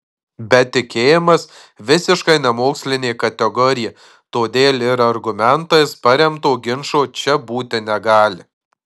bet tikėjimas visiškai nemokslinė kategorija todėl ir argumentais paremto ginčo čia būti negali